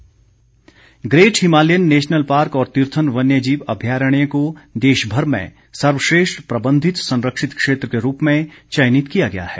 Rakesh Pathania great Himalayan national park और तीर्थन वन्य जीव अभ्यारण्य को देशभर में सर्वश्रेष्ठ प्रबंधित संरक्षित क्षेत्र के रूप में चयनित किया गया है